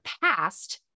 past